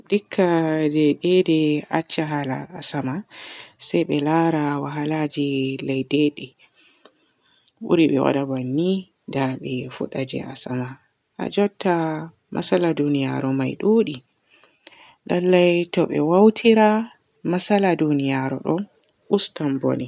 Dikka debede acca haala asama se be laara waahalaji laydede buri be waada banni da be fudda je asama. Ha jutta masala duniyaru may duudi. Lallay to be wautira masala duniyaru ɗo ustan bone.